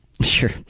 Sure